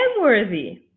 worthy